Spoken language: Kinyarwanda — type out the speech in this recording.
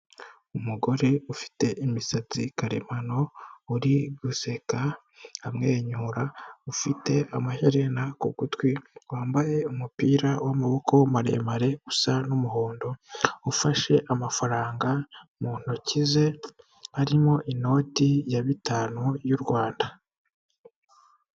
Umugore ufite imisatsi karemano, uri guseka amwenyura ufite amaherena ku gutwi, wambaye umupira w'amaboko maremare usa umuhondo, ufashe amafaranga mu ntoki ze arimo inoti ya bitanu y'u Rwanda.